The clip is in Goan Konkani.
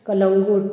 कलंगूट